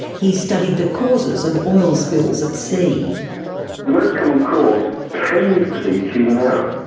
he's studied the causes of oil spills at sea. the most common cause tends to be human error.